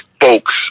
folks